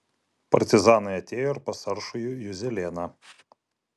partizanai atėjo ir pas aršųjį juzelėną